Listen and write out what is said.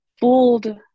Fooled